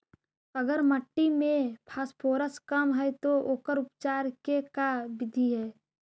अगर मट्टी में फास्फोरस कम है त ओकर उपचार के का बिधि है?